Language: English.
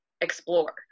explore